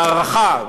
ההערכה,